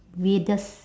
weirdest